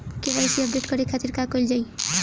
KYC update करे के खातिर का कइल जाइ?